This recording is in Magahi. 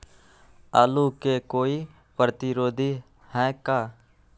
आलू के कोई प्रतिरोधी है का?